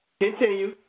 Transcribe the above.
Continue